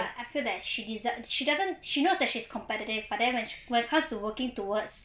but I feel that she des~ she doesn't she knows that she's competitive but then when sh~ when it comes to working towards